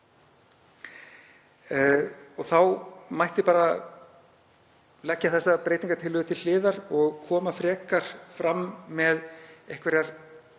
Þá mætti bara leggja þessa breytingartillögu til hliðar og koma frekar fram með einhverjar